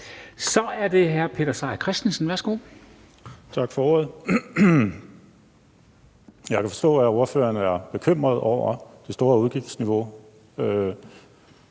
Kl. 10:31 Peter Seier Christensen (NB): Tak for ordet. Jeg kan forstå, at ordføreren er bekymret over det store udgiftsniveau.